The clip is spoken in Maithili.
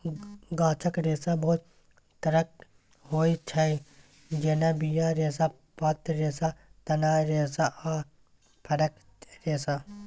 गाछक रेशा बहुत तरहक होइ छै जेना बीया रेशा, पात रेशा, तना रेशा आ फरक रेशा